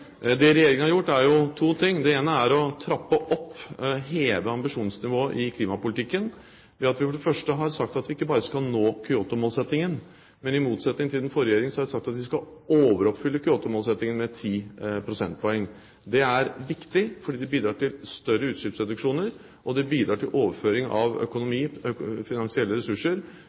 Det Regjeringen har gjort, er to ting. Det ene er å trappe opp og heve ambisjonsnivået i klimapolitikken ved at vi for det første har sagt at vi ikke bare skal nå Kyoto-målsettingen, men i motsetning til den forrige regjeringen har vi sagt at vi skal overoppfylle Kyoto-målsettingen med 10 prosentpoeng. Det er viktig, for det bidrar til større utslippsreduksjoner, og det bidrar til overføring av finansielle ressurser